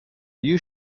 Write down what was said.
you